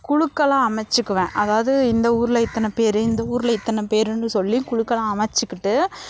குழுக்களாக அமைச்சுக்குவேன் அதாவது இந்த ஊரில் இத்தனை பேர் இந்த ஊரில் இத்தனை பேருன்னு சொல்லி குழுக்களாக அமைத்துக்கிட்டு